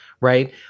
right